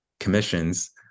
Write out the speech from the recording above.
commissions